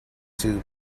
two